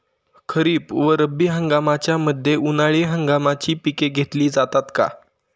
खरीप व रब्बी हंगामाच्या मध्ये उन्हाळी हंगामाची पिके घेतली जातात का?